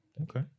Okay